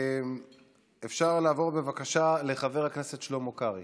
אפשר לעבור, בבקשה, לחבר הכנסת קרעי,